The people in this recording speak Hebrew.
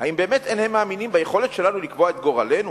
האם באמת אין הם מאמינים ביכולת שלנו לקבוע את גורלנו?